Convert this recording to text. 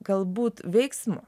galbūt veiksmo